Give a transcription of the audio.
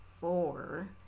four